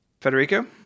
Federico